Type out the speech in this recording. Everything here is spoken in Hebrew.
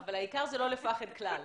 אבל העיקר זה לא לפחד כלל.